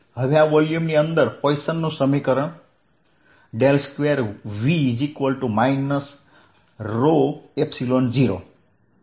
હવે આ વોલ્યુમની અંદર પોઇસનનું સમીકરણ 2V 0 છે